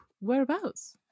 whereabouts